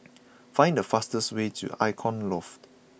find the fastest way to Icon Loft